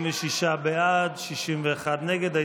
46 בעד, 61 נגד.